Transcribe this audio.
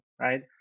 right